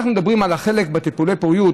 אנחנו מדברים על החלק בטיפולי פוריות,